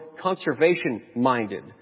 conservation-minded